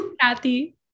Kathy